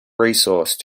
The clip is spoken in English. resource